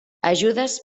ajudes